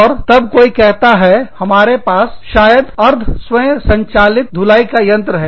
और तब कोई कहता है हमारे पास शायद अर्ध स्वयं संचालितधुलाई का यंत्र है